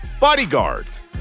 Bodyguards